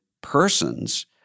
persons